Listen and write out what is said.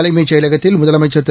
தலைமைச் செயலகத்தில் முதலமைச்சர் திரு